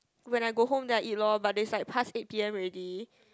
when I go home then I eat lor but they like pass eight p_m already